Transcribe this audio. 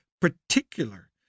particular